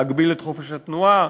להגביל את חופש התנועה,